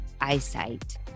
eyesight